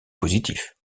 positif